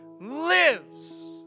lives